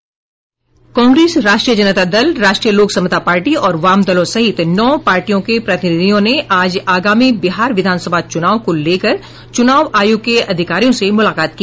Congress Rashtriya Janata Dal Rashtriya Lok Samta party और वामदलों सहित नौ पार्टियों के प्रतिनिधियों ने आज आगामी बिहार विधान सभा चुनाव के लेकर चुनाव आयोग के अधिकारियों से मुलाकात की